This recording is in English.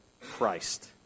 Christ